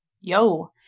yo